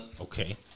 Okay